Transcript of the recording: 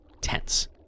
tense